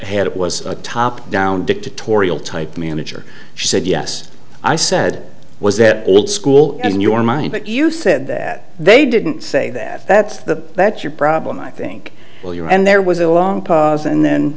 had it was a top down dictatorial type manager she said yes i said was that old school and in your mind but you said that they didn't say that that's the that's your problem i think well your and there was a long pause and then